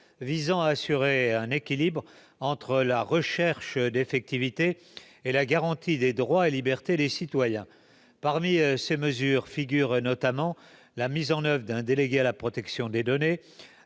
visent à assurer un équilibre entre la recherche d'effectivité et la garantie des droits et libertés des citoyens. Parmi ces mesures figurent notamment la mise en place d'un délégué à la protection des données,